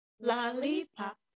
lollipop